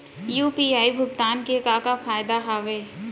UPI भुगतान के का का फायदा हावे?